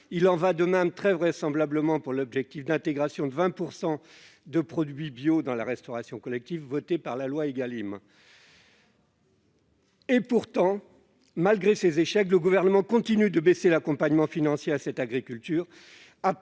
Il en ira très vraisemblablement de même de l'objectif d'intégration de 20 % de produits bio dans la restauration collective, voté dans la loi Égalim. Des importations ! Pourtant, malgré ces échecs, le Gouvernement continue de baisser l'accompagnement financier à cette agriculture.